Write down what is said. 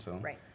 Right